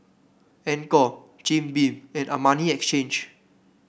Anchor Jim Beam and Armani Exchange